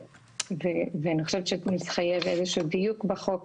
ואני חושבת שמתחייב איזשהו דיוק בחוק,